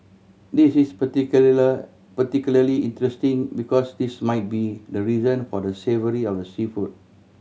this is particularly interesting because this might be the reason for the savoury of the seafood